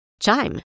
Chime